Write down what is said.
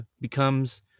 becomes